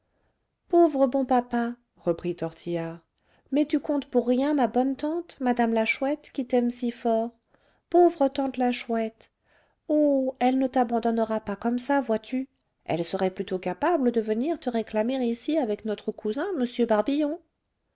pauvre bon papa reprit tortillard mais tu comptes pour rien ma bonne tante mme la chouette qui t'aime si fort pauvre tante la chouette oh elle ne t'abandonnera pas comme ça vois-tu elle serait plutôt capable de venir te réclamer ici avec notre cousin m barbillon